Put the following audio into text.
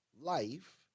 life